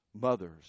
Mothers